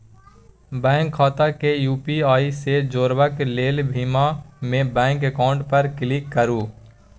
bank खाता केँ UPI सँ जोरबाक लेल भीम मे बैंक अकाउंट पर क्लिक करु